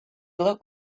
look